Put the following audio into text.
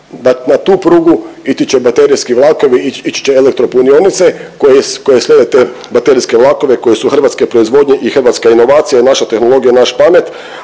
na tu prugu ići će baterijski vlakovi, ići će elektropunionice koje, koje slijede te baterijske vlakove koji su hrvatske proizvodnje i hrvatska inovacija i naša tehnologija i naša pamet,